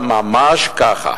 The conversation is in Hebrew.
המנכ"ל: ממש ככה.